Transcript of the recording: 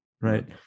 right